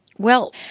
well,